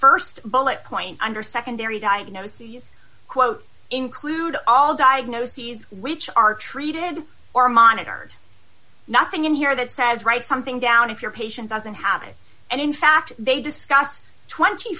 st bullet point under secondary diagnoses quote include all diagnoses which are treated or monitored nothing in here that says write something down if your patient doesn't have it and in fact they discuss twenty